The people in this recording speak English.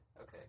okay